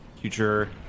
Future